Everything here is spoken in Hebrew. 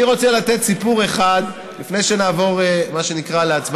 אני רוצה לתת סיפור אחד לפני שנעבור להצבעה,